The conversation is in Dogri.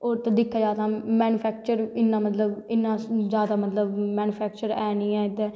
उत्त दिक्खेआ जां तां मैनफैक्चर इन्ना मतलव इन्ना जादा मतलव मैनफैक्चर है नी ऐ इद्दर